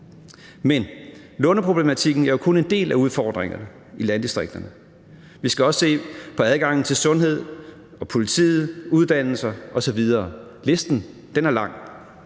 Men låneproblematikken er jo kun en del af udfordringerne i landdistrikterne. Vi skal også se på adgangen til sundhed, politiet, uddannelser osv. Listen er lang,